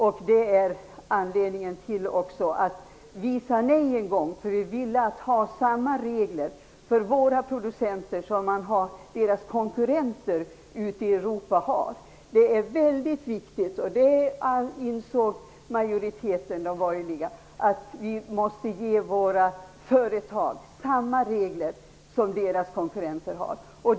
Det är också anledningen till att vi en gång sade nej. Vi ville ha samma regler för våra producenter som deras konkurrenter ute i Europa har. Detta är väldigt viktigt, och det insåg den borgerliga majoriteten. Vi måste ge våra företag samma regler som deras konkurrenter har.